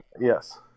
Yes